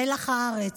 מלח הארץ.